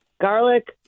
garlic